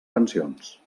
pensions